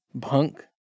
Punk